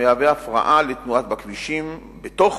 המהווה הפרעה לתנועה בכבישים בתוך